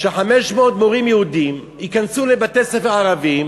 ש-500 מורים יהודים ייכנסו לבתי-ספר ערביים,